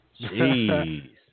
Jeez